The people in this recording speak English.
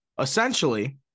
essentially